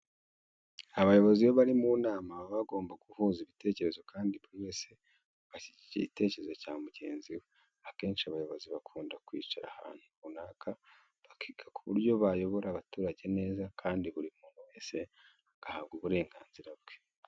Abayobozi iyo bari mu nama baba bagomba guhuza ibitekerezo kandi buri wese agashyigikira igitekerezo cya mugenzi we. Akenshi abayobozi bakunda kwicara ahantu runaka bakiga ku buryo bayobora abaturage neza, kandi buri muntu wese agahabwa uburenganzira bwe.